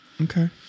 Okay